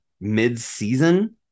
mid-season